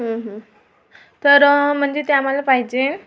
तर म्हणजे ती आम्हाला पाहिजे